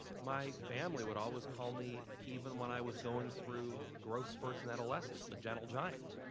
my family would always call me, even when i was going through growth spurts in adolescence, the gentle giant.